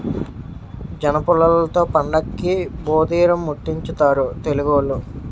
జనపుల్లలతో పండక్కి భోధీరిముట్టించుతారు తెలుగోళ్లు